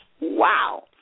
Wow